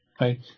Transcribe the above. right